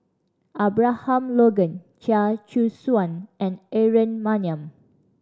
Abraham Logan Chia Choo Suan and Aaron Maniam